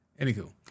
Anywho